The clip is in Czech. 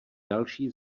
další